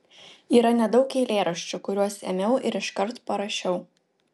yra nedaug eilėraščių kuriuos ėmiau ir iškart parašiau